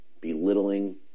belittling